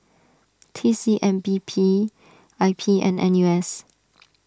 T C M B P I P and N U S